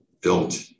built